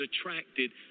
attracted